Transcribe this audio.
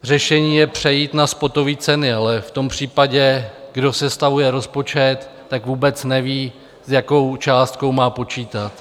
Řešení je přejít na spotové ceny, ale v tom případě, kdo sestavuje rozpočet, tak vůbec neví, s jakou částkou má počítat.